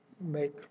make